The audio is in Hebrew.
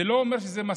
זה לא אומר שזה מספיק,